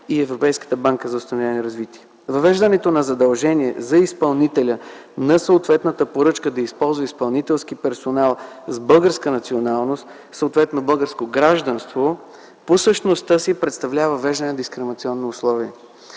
и Европейската банка за възстановяване и развитие. Въвеждането на задължение за изпълнителя на съответната поръчка да използва изпълнителски персонал с българска националност, съответно българско гражданство, по същността си представлява въвеждане на дискриминационно условие